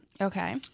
Okay